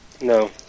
No